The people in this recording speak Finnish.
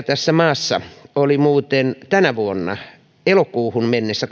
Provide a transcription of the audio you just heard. tässä maassa oli muuten tänä vuonna elokuuhun mennessä